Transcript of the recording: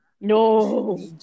No